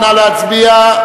נא להצביע.